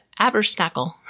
Abersnackle